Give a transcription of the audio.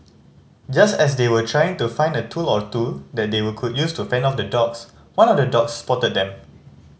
just as they were trying to find a tool or two that they would could use to fend off the dogs one of the dogs spotted them